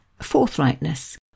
forthrightness